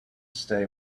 stay